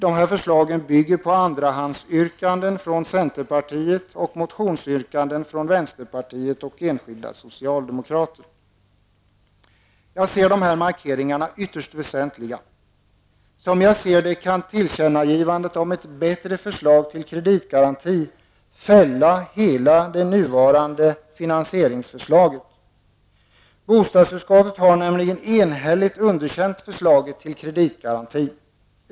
Dessa förslag bygger på andrahandsyrkanden från centerpartiet och motionsyrkanden från vänsterpartiet och enskilda socialdemokrater. Jag ser dessa markeringar som ytterst väsentliga. Som jag ser det kan tillkännagivandet om ett bättre förslag till kreditgaranti fälla hela det nuvarande finansieringsförslaget. Bostadsutskottet har enhälligt underkänt förslaget till kreditgaranti.